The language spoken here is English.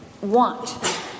want